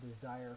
desire